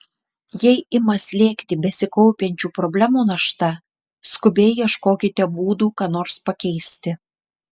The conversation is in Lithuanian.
jei ima slėgti besikaupiančių problemų našta skubiai ieškokite būdų ką nors pakeisti